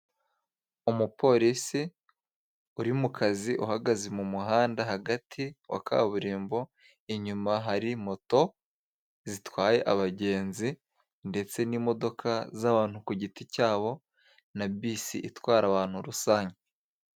Umupolisi uri mu kazi. Uhagaze mu muhanda hagati wa kaburimbo. Inyuma hari moto zitwaye abagenzi, ndetse n'imodoka zabantu ku giti cyabo na bisi, itwara abantu rusange.